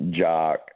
Jock